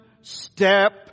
step